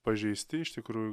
pažeisti iš tikrųjų